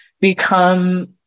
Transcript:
become